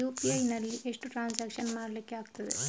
UPI ನಲ್ಲಿ ಎಷ್ಟು transaction ಮಾಡ್ಲಿಕ್ಕೆ ಆಗ್ತದೆ?